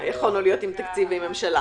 יכולנו להיות עם תקציב ועם ממשלה.